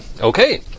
Okay